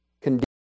condition